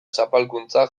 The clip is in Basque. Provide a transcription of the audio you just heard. zapalkuntzak